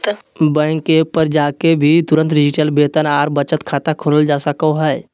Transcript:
bank के app पर जाके भी तुरंत डिजिटल वेतन आर बचत खाता खोलल जा सको हय